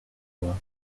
voix